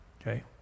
Okay